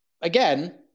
again